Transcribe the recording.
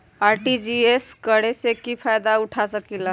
RTGS करे से की फायदा उठा सकीला?